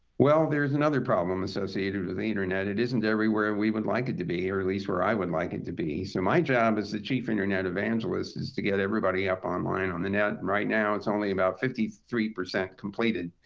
well, there is another problem associated with the internet. it isn't everywhere we would like it to be, or at least where i would like it to be. so my job as the chief internet evangelist is to get everybody up online on the net. right now it's only about fifty three percent completed.